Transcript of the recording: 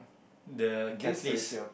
the catalyst